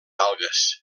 algues